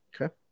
Okay